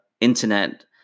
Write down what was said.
internet